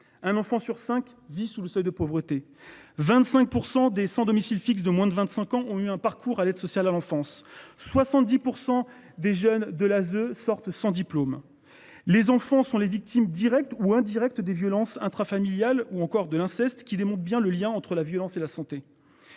Un enfant sur 5 vit sous le seuil de pauvreté, 25% des sans domicile fixe de moins de 25 ans ont eu un parcours à l'aide sociale à l'enfance. 70% des jeunes de la sortent sans diplôme. Les enfants sont les victimes directes ou indirectes des violences intrafamiliales ou encore de l'inceste qui démontre bien le lien entre la violence et la santé.